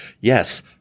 yes